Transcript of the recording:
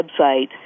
website